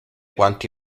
quanti